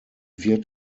wird